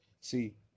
See